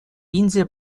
индия